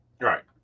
Right